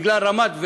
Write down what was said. בגלל רמת,